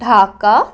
Dhaka